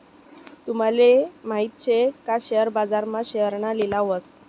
तूमले माहित शे का शेअर बाजार मा शेअरना लिलाव व्हस